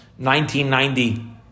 1990